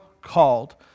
called